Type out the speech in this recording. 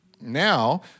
Now